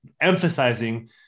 emphasizing